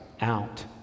out